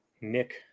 nick